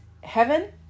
heaven